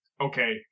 Okay